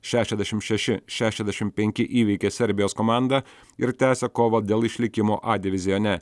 šešiasdešim šeši šešiasdešim penki įveikė serbijos komandą ir tęsia kovą dėl išlikimo a divizione